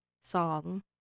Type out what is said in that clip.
song